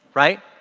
right?